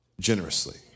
generously